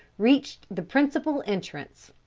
reached the principal entrance.